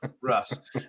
Russ